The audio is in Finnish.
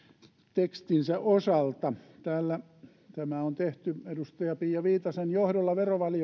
tekstinsä osalta tämä on tehty edustaja pia viitasen johdolla